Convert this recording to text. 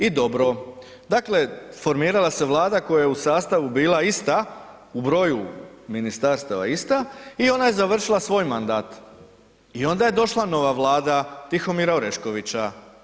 I dobro, dakle formirala se Vlada koja je u sastavu bila ista, u broju ministarstava ista i ona je završila svoj mandat i onda je došla nova Vlada Tihomira Oreškovića.